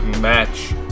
match